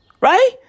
right